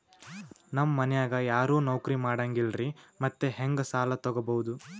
ನಮ್ ಮನ್ಯಾಗ ಯಾರೂ ನೌಕ್ರಿ ಮಾಡಂಗಿಲ್ಲ್ರಿ ಮತ್ತೆಹೆಂಗ ಸಾಲಾ ತೊಗೊಬೌದು?